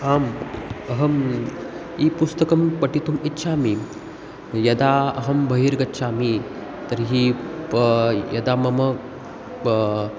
आम् अहम् ई पुस्तकं पठितुम् इच्छामि यदा अहं बहिर्गच्छामि तर्हि प यदा मम